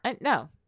no